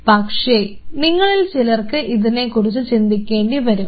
പക്ഷേ നിങ്ങളിൽ ചിലർക്ക് ഇതിനെക്കുറിച്ച് ചിന്തിക്കേണ്ടിവരും